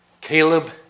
Caleb